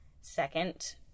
Second